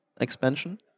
expansion